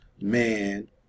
man